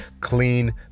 clean